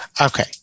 Okay